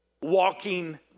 walking